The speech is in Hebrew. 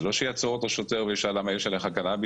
זה לא שיעצור אותו שוטר וישאל: למה יש עליך קנאביס?